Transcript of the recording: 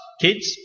kids